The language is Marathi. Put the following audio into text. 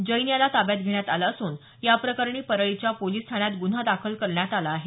जर्न याला ताब्यात घेण्यात आलं असून या प्रकरणी परळीच्या पोलीस ठाण्यात गुन्हा दाखल करण्यात आला आहे